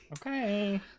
Okay